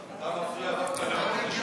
אתה מפריע לשמולי.